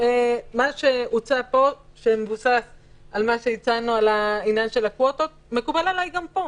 מה שהוצע פה שמבוסס על העניין של הקווטות שהצענו מקובל עלי גם פה.